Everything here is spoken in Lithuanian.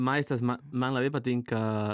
maistas man man labai patinka